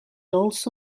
also